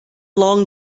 long